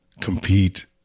compete